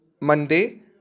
Monday